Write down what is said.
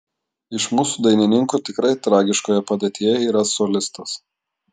iš mūsų dainininkų tikrai tragiškoje padėtyje yra solistas